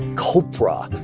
copra,